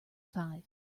five